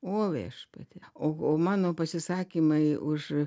o viešpatie o o mano pasisakymai už